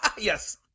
Yes